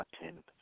attend